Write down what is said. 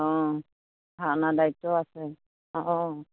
অঁ ভাওনা দায়িত্বও আছে অঁ অঁ